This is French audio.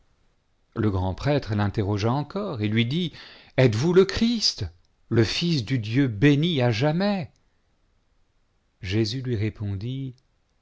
le grand prêtre l'interrogea encore et lui dit etesvous le christ le fils de dieu béni à jamais jésus lui répondit